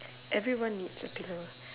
everyone needs a pillow